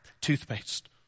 toothpaste